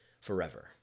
forever